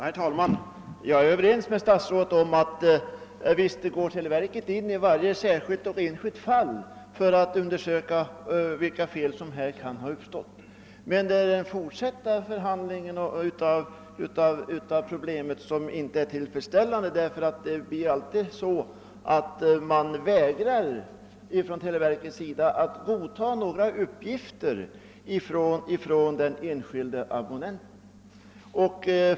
Herr talman! Jag är överens med statsrådet om att televerket går in i varje särskilt fall för att undersöka vilka fel som kan ha uppstått, men det är den fortsatta behandlingen av saken som inte är tillfredsställande. Det är nämligen alltid så att televerket vägrar godta uppgifter från den enskilde abonnenten.